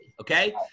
okay